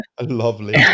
Lovely